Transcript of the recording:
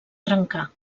trencar